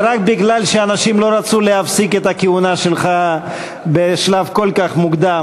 זה רק בגלל שאנשים לא רצו להפסיק את הכהונה שלך בשלב כל כך מוקדם,